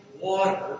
water